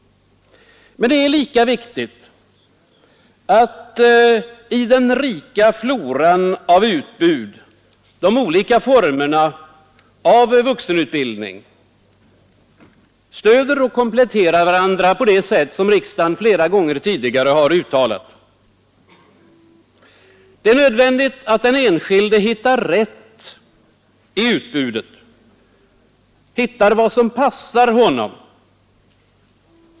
Men det är lika viktigt att i den rika floran av utbud de olika formerna av vuxenutbildning stöder och kompletterar varandra på det sätt som riksdagen flera gånger tidigare har uttalat. Det är nödvändigt, att den enskilde hittar rätt i utbudet — det vill säga hittar vad som passar honom.